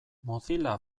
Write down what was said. mozilla